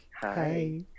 Hi